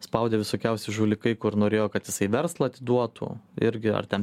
spaudė visokiausi žulikai kur norėjo kad jisai verslą atiduotų irgi ar ten